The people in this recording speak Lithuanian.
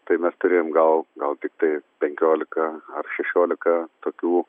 tai mes turėjom gal gal tiktais penkiolika ar šešiolika tokių